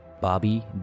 Bobby